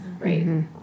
right